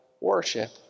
worship